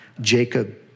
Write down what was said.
Jacob